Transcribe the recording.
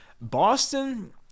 boston